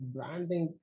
Branding